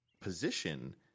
position